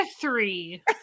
three